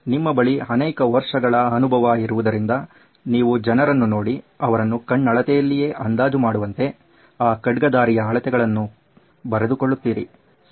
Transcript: ನಿಮ್ಮ ಬಳಿ ಆನೇಕ ವರ್ಷಗಳ ಅನುಭವ ಇರುವುದರಿಂದ ನೀವು ಜನರನ್ನು ನೋಡಿ ಅವರನ್ನು ಕಣ್ಣಳತೆಯಲ್ಲಿಯೇ ಅಂದಾಜು ಮಾಡುವಂತೆ ಆ ಖಡ್ಗಧಾರಿಯ ಅಳತೆಗಳನ್ನು ಬರೆದುಕೊಳ್ಳುತ್ತೀರಿ ಸರಿ